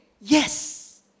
yes